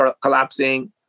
collapsing